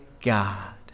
God